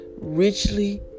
richly